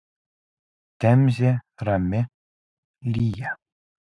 temzė rami lyja